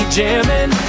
jamming